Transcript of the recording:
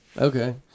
Okay